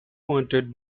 wanted